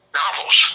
novels